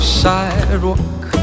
sidewalk